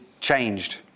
changed